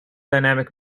dynamic